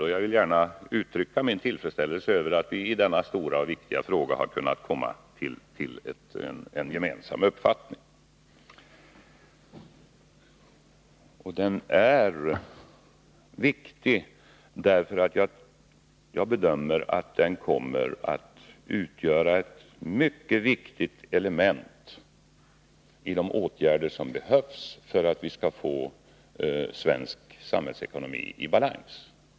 Jag vill också gärna uttrycka min tillfredsställelse över att vi i denna stora och viktiga fråga har kunnat komma fram till en gemensam uppfattning. Jag vill betona att denna överenskommelse är viktig. Jag bedömer att den kommer att utgöra ett mycket betydelsefullt element i de åtgärder som behövs för att vi skall få svensk samhällsekonomi i balans.